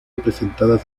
representadas